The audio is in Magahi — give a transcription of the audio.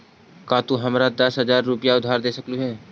का तू हमारा दस हज़ार रूपए उधार दे सकलू हे?